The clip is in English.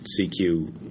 CQ